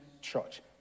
church